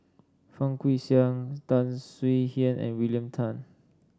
Fang Guixiang Tan Swie Hian and William Tan